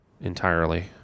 entirely